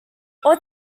all